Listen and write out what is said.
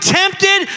tempted